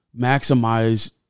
maximize